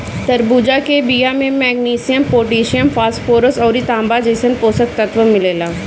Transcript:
तरबूजा के बिया में मैग्नीशियम, पोटैशियम, फास्फोरस अउरी तांबा जइसन पोषक तत्व मिलेला